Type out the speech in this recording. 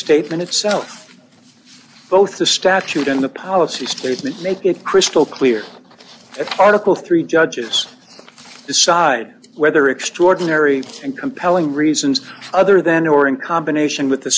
statement itself both the statute and the policy statement make it crystal clear if article three judges decide whether extraordinary and compelling reasons other than or in combination with the